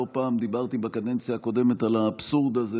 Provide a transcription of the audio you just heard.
לא פעם דיברתי בקדנציה הקודמת על האבסורד הזה